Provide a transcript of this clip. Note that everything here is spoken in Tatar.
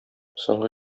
соңгы